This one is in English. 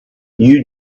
you